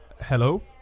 Hello